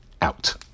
Out